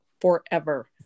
forever